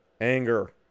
Anger